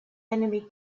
enemy